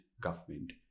government